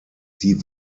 die